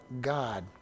God